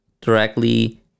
directly